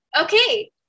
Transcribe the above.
okay